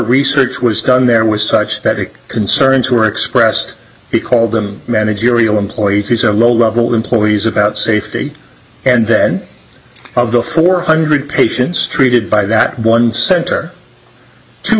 research was done there was such that it concerns were expressed he called them managerial employees or low level employees about safety and then of the four hundred patients treated by that one center two